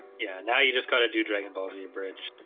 yeah, now you just gotta do dragon ball z bridge,